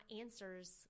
answers